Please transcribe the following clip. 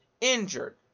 injured